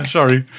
sorry